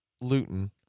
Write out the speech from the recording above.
Luton